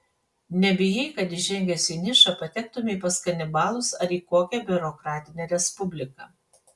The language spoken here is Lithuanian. nebijai kad įžengęs į nišą patektumei pas kanibalus ar į kokią biurokratinę respubliką